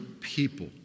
people